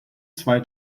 zwei